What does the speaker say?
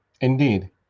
Indeed